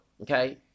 okay